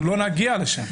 אנחנו לא נגיע לשם.